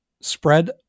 spread